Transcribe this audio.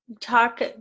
talk